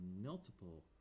multiple